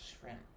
shrimp